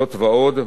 זאת ועוד,